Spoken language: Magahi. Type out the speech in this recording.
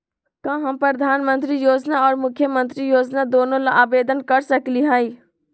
का हम प्रधानमंत्री योजना और मुख्यमंत्री योजना दोनों ला आवेदन कर सकली हई?